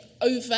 over